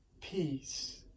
Peace